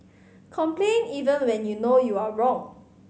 complain even when you know you are wrong